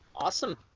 Awesome